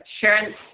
Sharon